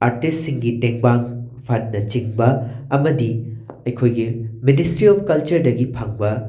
ꯑꯥꯔꯇꯤꯁꯁꯤꯡꯒꯤ ꯇꯦꯡꯕꯥꯡ ꯐꯟꯅꯆꯤꯡꯕ ꯑꯃꯗꯤ ꯑꯩꯈꯣꯏꯒꯤ ꯃꯤꯅꯤꯁꯇ꯭ꯔꯤ ꯑꯣꯐ ꯀꯜꯆꯔꯗꯒꯤ ꯐꯪꯕ